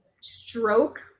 stroke